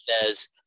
says